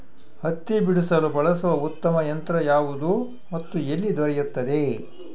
ಹತ್ತಿ ಬಿಡಿಸಲು ಬಳಸುವ ಉತ್ತಮ ಯಂತ್ರ ಯಾವುದು ಮತ್ತು ಎಲ್ಲಿ ದೊರೆಯುತ್ತದೆ?